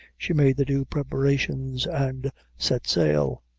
she made the due preparations, and set sail.